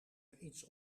iets